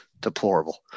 Deplorable